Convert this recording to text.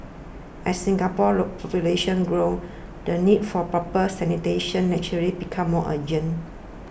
as Singapore's low population grew the need for proper sanitation naturally became more urgent